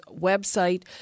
website